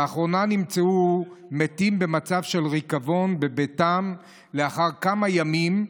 לאחרונה נמצאו מתים במצב של ריקבון בביתם לאחר כמה ימים,